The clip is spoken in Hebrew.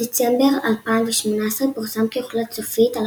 בדצמבר 2018 פורסם כי הוחלט סופית על